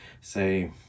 say